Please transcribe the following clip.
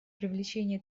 привлечение